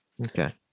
Okay